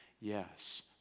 yes